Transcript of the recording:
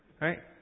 right